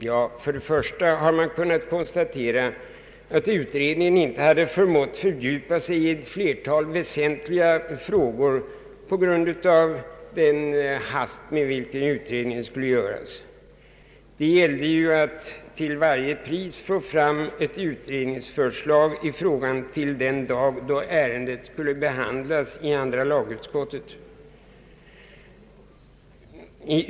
Ja, först och främst har man kunnat konstatera att utredningen inte hade förmått fördjupa sig i ett flertal väsentliga frågor på grund av den hast med vilken utredningen skulle göras. Det gällde ju att till varje pris få fram ett utredningsförslag i frågan till den dag då ärendet skulle behandlas i andra lagutskottet.